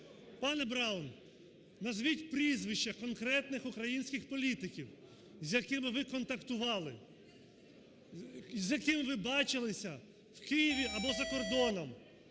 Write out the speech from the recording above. Пане Браун, назвіть прізвища конкретних українських політиків, з якими ви контактували, з якими ви бачилися в Києві або за кордоном.